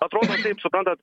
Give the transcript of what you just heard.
atrodė taip suprantat